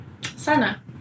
sana